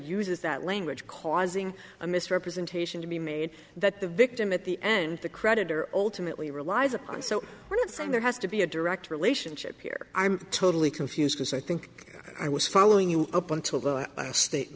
uses that language causing a misrepresentation to be made that the victim at the end of the creditor ultimately relies upon so we're not saying there has to be a direct relationship here i'm totally confused because i think i was following you up until th